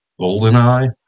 GoldenEye